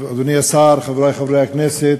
אדוני השר, חברי חברי הכנסת,